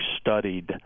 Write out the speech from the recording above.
studied